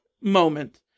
moment